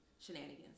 shenanigans